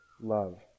Love